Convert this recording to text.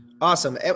Awesome